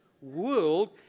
world